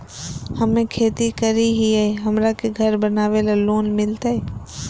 हमे खेती करई हियई, हमरा के घर बनावे ल लोन मिलतई?